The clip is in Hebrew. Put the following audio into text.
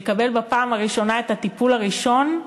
לקבל בפעם הראשונה את הטיפול הראשון,